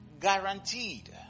guaranteed